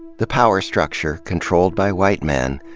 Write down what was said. the power structure, controlled by white men,